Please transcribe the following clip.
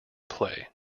play